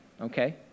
okay